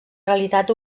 realitat